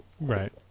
Right